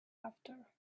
after